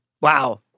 wow